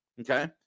okay